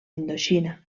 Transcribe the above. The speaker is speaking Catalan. indoxina